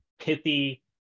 pithy